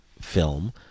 film